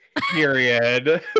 Period